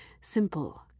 simple